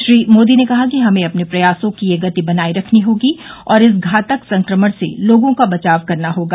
श्री मोदी ने कहा कि हमें अपने प्रयासों की यह गति बनाये रखनी होगी और इस घातक संक्रमण से लोगों का बचाव करना होगा